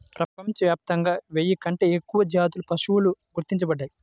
ప్రపంచవ్యాప్తంగా వెయ్యి కంటే ఎక్కువ జాతుల పశువులు గుర్తించబడ్డాయి